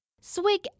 Swig